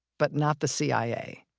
but not the cia